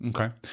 Okay